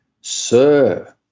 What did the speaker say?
sir